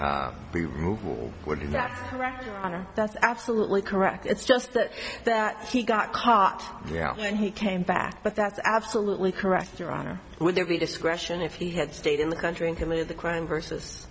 ana that's absolutely correct it's just that that he got caught yeah when he came back but that's absolutely correct your honor would there be discretion if he had stayed in the country and committed the crime versus